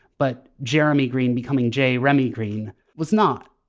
but jeremy green becoming j. remy green was not.